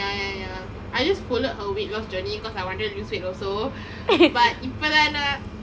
ya ya ya I just followed her weight lost journey because I want to lose weight also but இப்பே தான் நான்:ippe thaan naan